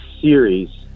series